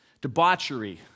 debauchery